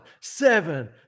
seven